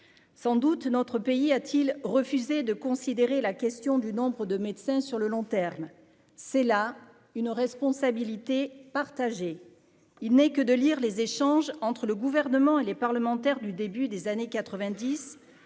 sans doute, notre pays a-t-il refusé de considérer la question du nombre de médecins sur le long terme, c'est là une responsabilité partagée, il n'est que de lire les échanges entre le gouvernement et les parlementaires du début des années 90